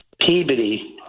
Peabody